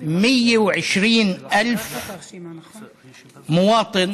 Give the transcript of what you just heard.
הטלוויזיה 120,000 תושבים,